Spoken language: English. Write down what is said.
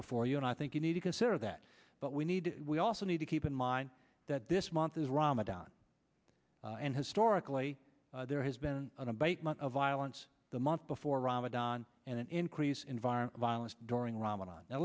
before you and i think you need to consider that but we need we also need to keep in mind that this month is ramadan and historically there has been an abatement of violence the month before ramadan and an increase in violent violence during ramadan now